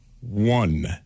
One